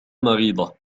مريضة